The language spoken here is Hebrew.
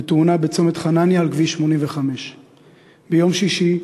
בתאונה בצומת-חנניה על כביש 85. ביום שישי,